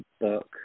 book